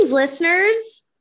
Listeners